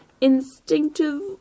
instinctive